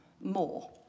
more